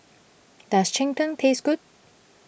does Cheng Tng Taste Good